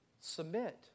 Submit